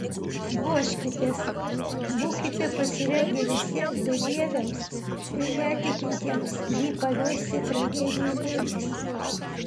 ruoškitės būkite pasirengę visiems bedieviams ir netikintiems jį paversti tragedijų mėnesiu